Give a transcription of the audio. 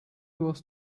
was